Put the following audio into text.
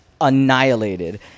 annihilated